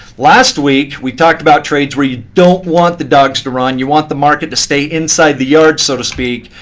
last week, we talked about trades where you don't want the dogs to run. you want the market to stay inside the yard, so to speak.